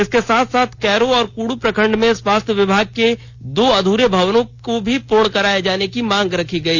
इसके साथ साथ कैरो और कुडू प्रखण्ड में स्वास्थ्य विभाग के दो अधूरे भवनों को भी पूर्ण कराये जाने की मांग रखी गई